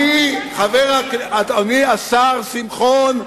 אדוני השר שמחון,